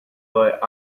but